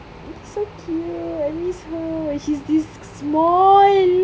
ni so cute I miss her when she is this small